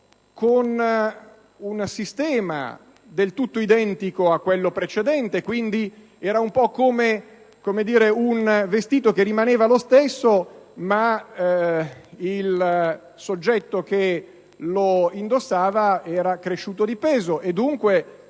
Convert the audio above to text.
su un sistema del tutto identico al precedente e quindi era un po' come un vestito che rimaneva lo stesso, ma il soggetto che lo indossava era cresciuto di peso